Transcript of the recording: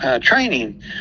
training